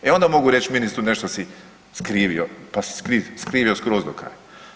E ona mogu reći ministru nešto si skrivio, pa si skrivio skroz do kraja.